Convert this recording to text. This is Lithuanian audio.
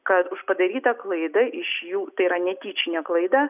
kad už padarytą klaidą iš jų tai yra netyčinę klaidą